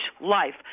life